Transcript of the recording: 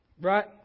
Right